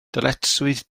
dyletswydd